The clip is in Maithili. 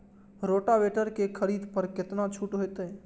रोटावेटर के खरीद पर केतना छूट होते?